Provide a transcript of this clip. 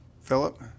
Philip